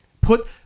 put